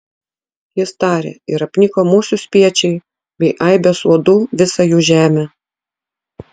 jis tarė ir apniko musių spiečiai bei aibės uodų visą jų žemę